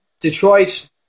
Detroit